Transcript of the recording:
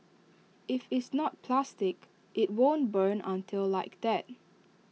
if it's not plastic IT won't burn until like that